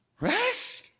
Rest